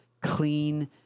clean